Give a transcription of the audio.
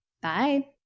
bye